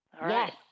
Yes